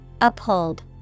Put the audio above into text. Uphold